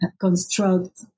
construct